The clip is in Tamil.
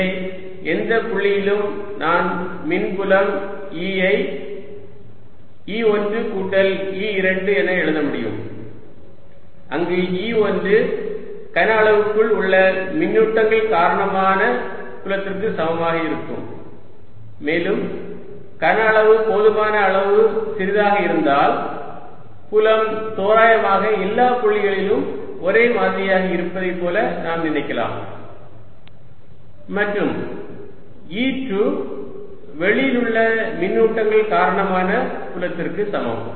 உள்ளே எந்த புள்ளியிலும் நான் மின்புலம் E ஐ E1 கூட்டல் E2 என எழுத முடியும் அங்கு E1 கன அளவுக்குள் உள்ள மின்னூட்டங்கள் காரணமாக புலத்திற்கு சமமாக இருக்கும் மேலும் கன அளவு போதுமான அளவு சிறியதாக இருந்தால் புலம் தோராயமாக எல்லா புள்ளிகளிலும் ஒரே மாதிரியாக இருப்பதைப் போல நாம் நினைக்கலாம் மற்றும் E2 வெளியில் உள்ள மின்னூட்டங்கள் காரணமான புலத்திற்கு சமம்